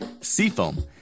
Seafoam